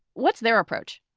what's their approach?